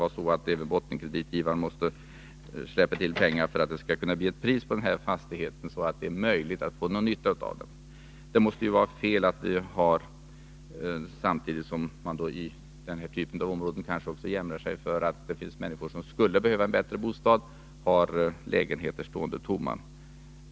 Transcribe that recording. vara så att även bottenkreditgivaren får släppa till pengar för att det skall bli ett sådant pris på fastigheten att det är möjligt att få någon nytta av den. Det måste ju vara fel att ha lägenheter stående tomma, samtidigt som det i den här typen av områden kanske finns människor som skulle behöva en bättre bostad.